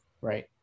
right